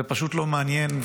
זה פשוט לא מעניין.